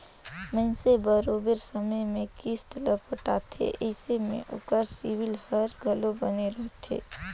मइनसे बरोबेर समे में किस्त ल पटाथे अइसे में ओकर सिविल हर घलो बने रहथे